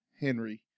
Henry